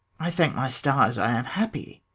i thank my stars, i am happy.